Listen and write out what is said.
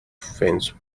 fence